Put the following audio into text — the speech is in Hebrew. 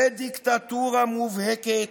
לדיקטטורה מובהקת,